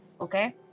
okay